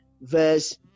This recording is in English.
verse